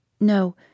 No